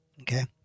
Okay